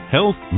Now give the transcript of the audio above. Health